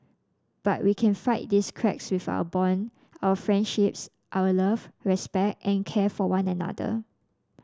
but we can fight these cracks with our bonds our friendships our love respect and care for one another